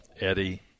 Eddie